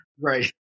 Right